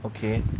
okay